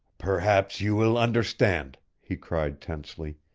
perhaps you will understand, he cried tensely,